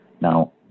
Now